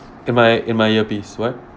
in my in my earpiece why